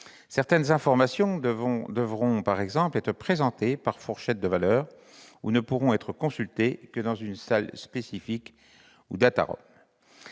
Certaines informations devront par exemple être présentées par fourchette de valeurs, ou ne pourront être consultées que dans une salle spécifique,, etc.